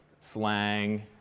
slang